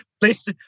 Please